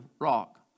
rock